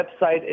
website